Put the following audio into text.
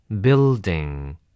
Building